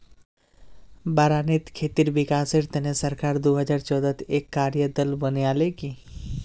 बारानीत खेतीर विकासेर तने सरकार दो हजार चौदहत एक कार्य दल बनैय्यालकी